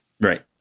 Right